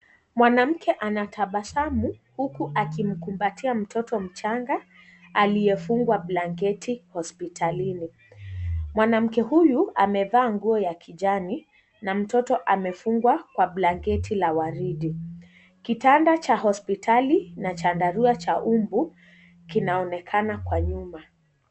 Mwanamke anatabasamu huku akimkumbatia mtoto mchanga aliyefungwa blanketi hospitalini, mwanamke huyu amevaa nguo ya kijani na mtoto amefungwa kwa blanketi la waridi. Kitanda cha hospitali na chandarua cha mbu kinaonekana kwa nyuma.